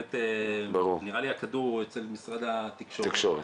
באמת נראה לי שהכדור אצל משרד התקשורת.